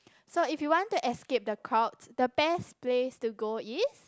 so if you want to escape the crowd the best place to go is